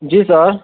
जी sir